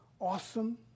awesome